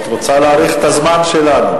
את רוצה להאריך את הזמן שלנו.